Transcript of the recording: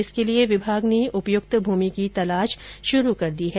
इसके लिए विभाग ने उपयुक्त भूमि की तलाश शुरू कर दी है